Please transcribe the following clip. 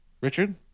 Richard